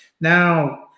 Now